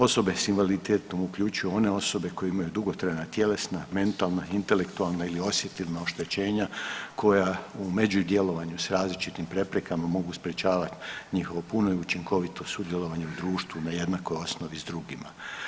Osobe s invaliditetom uključuju one osobe koje imaju dugotrajna tjelesna, mentalna, intelektualna ili osjetilna oštećenja koja u međudjelovanju s različitim preprekama mogu sprječavat njihovo puno i učinkovito sudjelovanje u društvu na jednakoj osnovi s drugima.